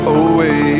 away